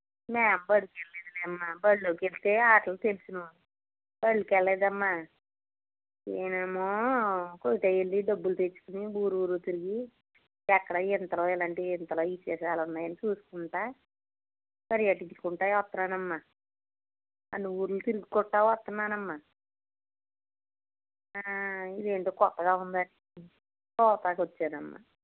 మేము బడులకు వెళ్ళలేదమ్మా బడిలోకి వెళ్తే ఆటలు తెలుసును బళ్ళకి వెళ్ళలేదమ్మా నేనేమో కొంత ఎల్లి డబ్బులు తెచ్చుకుని ఊరూరు తిరిగి ఎక్కడ వింతలు ఇలాంటి వింతలు విశేషాలు ఉన్నాయి అని చూసుకుంటు పరిగెత్తించుకుంటు వస్తానమ్మ అన్ని ఊళ్ళు తిరుగుకుంటు వస్తున్నానమ్మ ఇదేంటో కొత్తగా ఉందనిచూడ్డానికి వచ్చానమ్మ